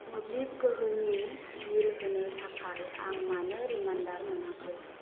मोब्लिब गोहोनि बिल होनो थाखाय आं मानो रिमारन्डार मोनाखै